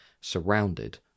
surrounded